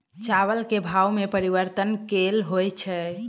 चावल केँ भाव मे परिवर्तन केल होइ छै?